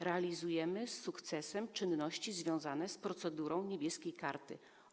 Realizujemy z sukcesem czynności związane z procedurą „Niebieskiej karty”